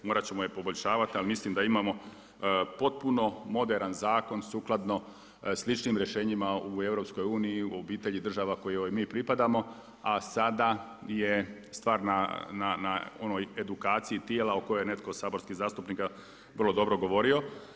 Morat ćemo je poboljšavati, ali mislim da imamo potpuno moderan zakon sukladno sličnim rješenjima u EU, u obitelji država kojoj mi pripadamo, a sada je stvar na onoj edukaciji tijela o kojoj je netko od saborskih zastupnika vrlo dobro govorio.